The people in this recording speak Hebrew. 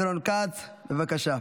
חבר הכנסת כץ, בבקשה.